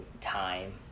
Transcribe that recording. time